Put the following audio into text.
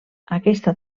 aquesta